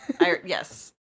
yes